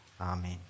Amen